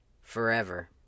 forever